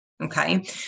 Okay